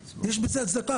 יש בזה הצדקה.